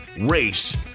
race